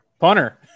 punter